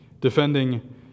defending